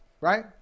right